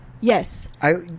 Yes